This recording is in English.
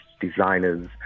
designers